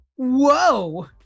whoa